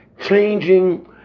changing